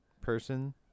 person